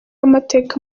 amateka